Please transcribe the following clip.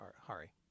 Hari